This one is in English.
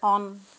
on